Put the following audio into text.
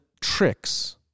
tricks